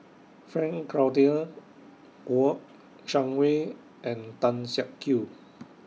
Frank Cloutier Kouo Shang Wei and Tan Siak Kew